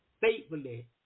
faithfully